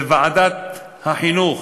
בוועדת החינוך